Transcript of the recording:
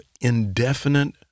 indefinite